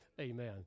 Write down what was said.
Amen